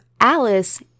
Alice